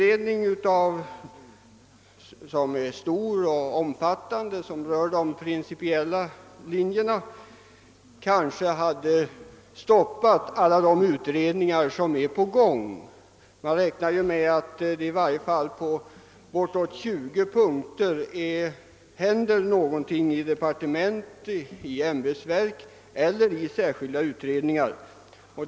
En stor och omfattande utredning, som rör de principiella' linjerna, hade kanske stoppat upp alla de utredningar som är på gång. Man räknar ju med att det i varje fall på bortåt 20 punkter pågår arbete på detta område inom departement, ämbetsverk eller inom särskilda utredningar.